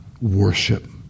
worship